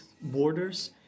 borders